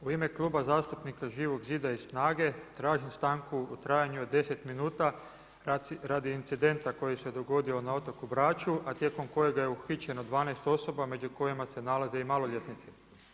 U ime Kluba zastupnika Živog zida i snage tražim stanku u trajanju od 10 minuta radi incidenta koji se dogodio na otoku Braču a tijekom kojega je uhićeno 12 osoba među kojima se nalaze i maloljetnici.